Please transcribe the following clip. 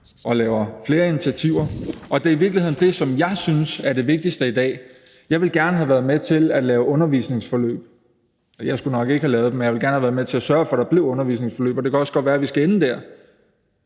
og laver flere initiativer, og det er i virkeligheden det, som jeg synes er det vigtigste i dag. Jeg ville gerne have været med til at lave undervisningsforløb – jeg skulle nok ikke have lavet dem, men jeg ville gerne have været med til at sørge for, at der blev undervisningsforløb, og det kan også godt være, vi skal ende der,